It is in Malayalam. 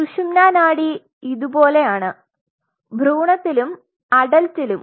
സുഷുമ്നാ നാഡി ഇതുപോലെയാണ് ഭ്രൂണത്തിലും അടൽറ്റിലും